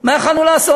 מה יכולנו לעשות?